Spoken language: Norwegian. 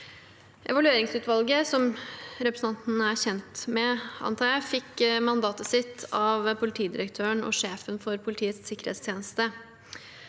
Evalueringsutvalget, som jeg antar at representanten er kjent med, fikk sitt mandat av Politidirektøren og sjefen for Politiets sikkerhetstjeneste.